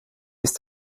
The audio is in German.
ist